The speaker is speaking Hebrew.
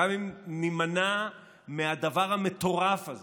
גם אם נימנע מהדבר המטורף הזה